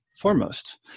foremost